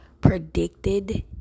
predicted